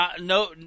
no